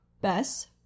Bess